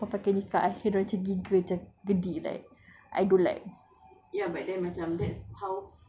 then macam I say macam I hear perempuan pakai niqab I hear dia orang macam giggle macam gedik like I don't like